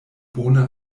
bone